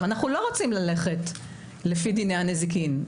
אנחנו לא רוצים ללכת לפני דיני הנזיקין,